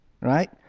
Right